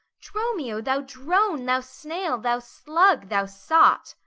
dromio, thou drone, thou snail, thou slug, thou sot!